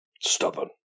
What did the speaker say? Stubborn